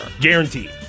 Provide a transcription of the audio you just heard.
Guaranteed